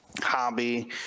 hobby